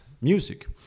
music